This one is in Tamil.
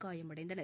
காயமடைந்தனர்